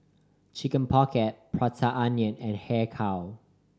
Chicken Pocket Prata Onion and Har Kow